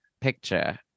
picture